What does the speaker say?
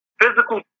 physical